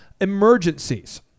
emergencies